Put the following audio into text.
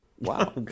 Wow